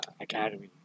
Academy